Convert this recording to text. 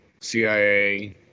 CIA